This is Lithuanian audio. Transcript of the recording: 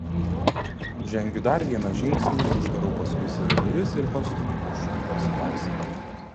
žengiu dar vieną žingsnį uždarau paskui save duris ir pastumiu užrakto skląstį